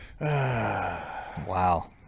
Wow